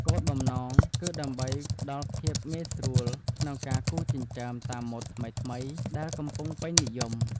គោលបំណង គឺដើម្បីផ្តល់ភាពងាយស្រួលក្នុងការគូរចិញ្ចើមតាមម៉ូដថ្មីៗដែលកំពុងពេញនិយម។